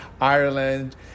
Ireland